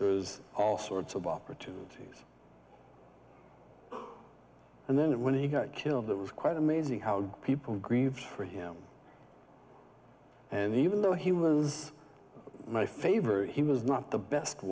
was all sorts of opportunities and then when he got killed it was quite amazing how people grieve for him and even though he was my favorite he was not the best